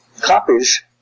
copies